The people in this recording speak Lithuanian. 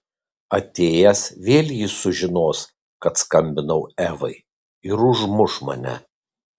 atėjęs vėl jis sužinos kad skambinau evai ir užmuš mane